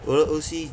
我的 O_C